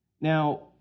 Now